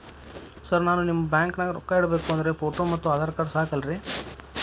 Sir ನಾನು ನಿಮ್ಮ ಬ್ಯಾಂಕನಾಗ ರೊಕ್ಕ ಇಡಬೇಕು ಅಂದ್ರೇ ಫೋಟೋ ಮತ್ತು ಆಧಾರ್ ಕಾರ್ಡ್ ಸಾಕ ಅಲ್ಲರೇ?